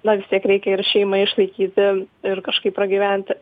na vis tiek reikia ir šeimą išlaikyti ir kažkaip pragyventi